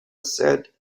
said